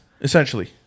Essentially